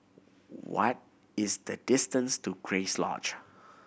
what is the distance to Grace Lodge